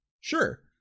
sure